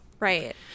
Right